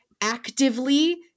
actively